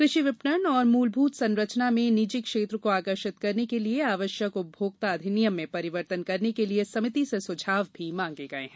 कृषि विपणन और मूलभूत संरचना में निजी क्षेत्र को आकर्षित करने के लिए आवश्यक उपभोक्ता अधिनियम में परिवर्तन करने के लिए समिति से सुझाव भी मांगे गये हैं